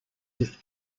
that